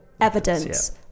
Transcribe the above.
evidence